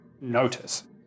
notice